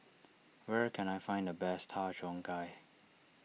where can I find the best Har Cheong Gai